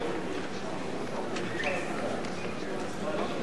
הצעת סיעות